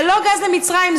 זה לא גז למצרים,